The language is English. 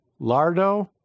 Lardo